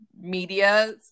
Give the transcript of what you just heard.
media